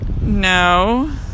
No